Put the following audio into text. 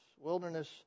Wilderness